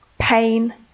pain